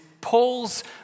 Paul's